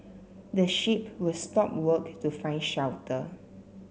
the sheep will stop work to find shelter